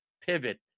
pivot